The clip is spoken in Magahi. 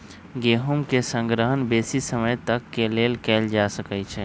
गेहूम के संग्रहण बेशी समय तक के लेल कएल जा सकै छइ